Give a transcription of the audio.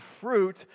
fruit